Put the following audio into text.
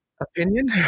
opinion